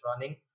running